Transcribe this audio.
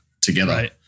together